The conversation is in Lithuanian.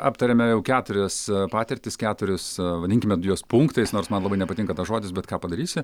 aptarėme jau keturias patirtis keturis vadinkime juos punktais nors man labai nepatinka tas žodis bet ką padarysi